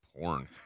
porn